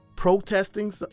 Protesting